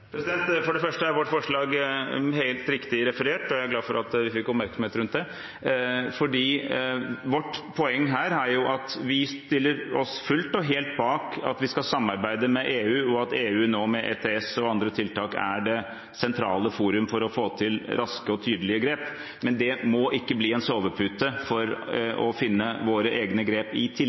Vårt forslag helt riktig referert, og jeg er glad for at vi får oppmerksomhet rundt det, fordi vårt poeng her er at vi stiller oss fullt og helt bak at vi skal samarbeide med EU, og at EU nå med ETS og andre tiltak er det sentrale forum for å få til raske og tydelige grep. Men det må ikke bli en sovepute for å finne våre egne grep i